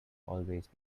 always